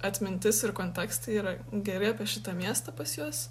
atmintis ir kontekstai yra geri apie šitą miestą pas juos